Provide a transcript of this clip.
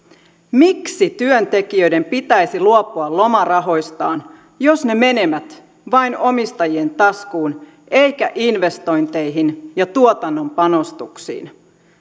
miksi työntekijöiden pitäisi luopua lomarahoistaan jos ne menevät vain omistajien taskuun eivätkä investointeihin ja tuotannon panostuksiin